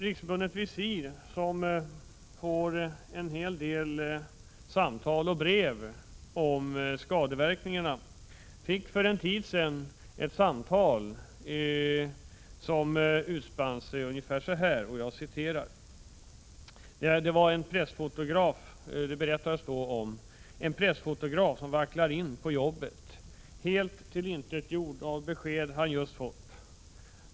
Riksförbundet VISIR, som får en hel del samtal och brev om skadeverkningarna, fick för en tid sedan ett samtal som utspann sig så här: ”En pressfotograf vacklar in på jobbet, helt tillintetgjord av ett besked han just fått.